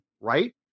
right